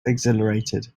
exhilarated